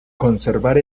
conservar